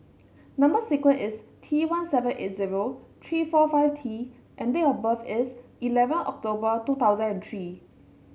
number sequence is T one seven eight zero three four five T and date of birth is eleven October two thousand and three